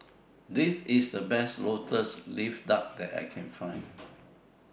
This IS The Best Lotus Leaf Duck that I Can Find